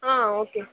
ah okay sir